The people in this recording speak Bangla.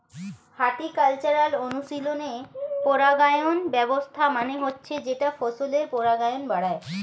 হর্টিকালচারাল অনুশীলনে পরাগায়ন ব্যবস্থা মানে হচ্ছে যেটা ফসলের পরাগায়ন বাড়ায়